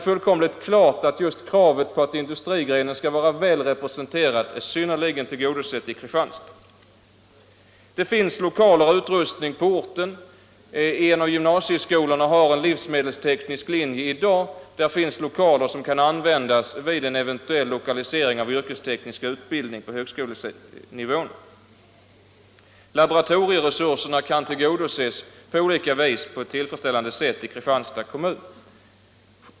Fullkomligt klart är att just kravet på att industrigrenen skall vara väl representerad är i hög grad tillgodosett i Kristianstad. Lokaler och utrustning finns på orten. En av gymnasieskolorna har i dag en livsmedelsteknisk linje. Där finns också lokaler som kan användas vid en eventuell lokalisering av yrkesteknisk utbildning på högskolenivån. Kravet på laboratorieresurser kan på olika vis tillgodoses på ett tillfredsställande sätt i Kristianstads kommun.